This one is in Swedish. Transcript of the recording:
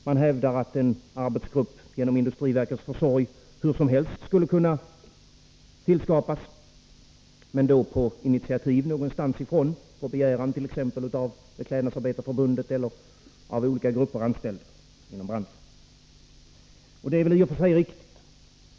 Man hävdar att en arbetsgrupp genom industriverkets försorg hur som helst skulle kunna tillskapas men då på initiativ någon annanstans ifrån, exempelvis på begäran av Beklädnadsarbetareförbundet eller av olika grupper anställda inom branschen. Det är väl i och för sig riktigt.